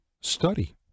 study